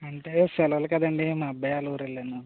అంటే సెలవులు కదా అండి మా అబ్బాయి వాళ్ళ ఊరు వెళ్ళాను